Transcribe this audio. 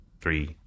three